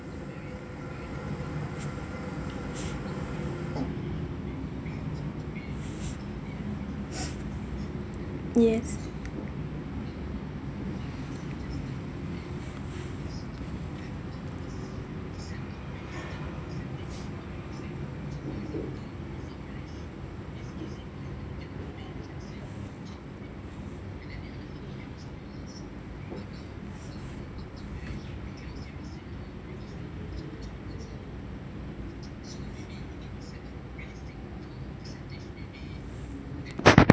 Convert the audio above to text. yes